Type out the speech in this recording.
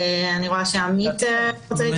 אני רואה שעמית רוצה להתייחס.